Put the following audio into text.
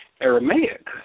Aramaic